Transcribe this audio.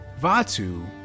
Vatu